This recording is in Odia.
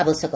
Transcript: ଆବଶ୍ୟକ